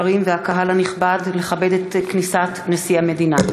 השרים והקהל הנכבד לכבד את כניסת נשיא המדינה.